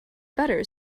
better